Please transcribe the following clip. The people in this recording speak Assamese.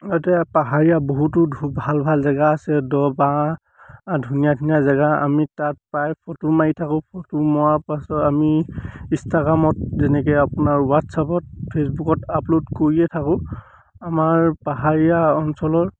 ইয়াতে পাহাৰীয়া বহুতো ভাল ভাল জেগা আছে দ বাঁহ ধুনীয়া ধুনীয়া জেগা আমি তাত প্ৰায় ফটো মাৰি থাকোঁ ফটো মাৰা পাছত আমি ইনষ্টাগ্ৰামত যেনেকৈ আপোনাৰ হোৱাটছআপত ফেচবুকত আপলোড কৰিয়ে থাকোঁ আমাৰ পাহাৰীয়া অঞ্চলৰ